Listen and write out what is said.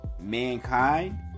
mankind